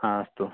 हा अस्तु